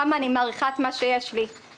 לרגע שאנחנו לא נחזור הביתה למושב.